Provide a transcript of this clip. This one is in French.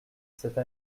cette